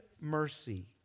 mercy